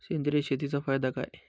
सेंद्रिय शेतीचा फायदा काय?